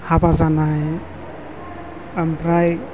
हाबा जानाय ओमफ्राय